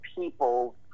people